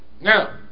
Now